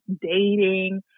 dating